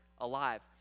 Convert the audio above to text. alive